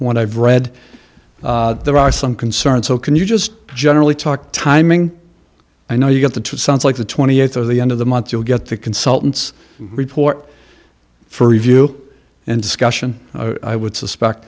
i've read there are some concerns so can you just generally talk timing i know you got the two sounds like the twenty eighth or the end of the month you'll get the consultants report for review and discussion i would suspect